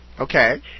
Okay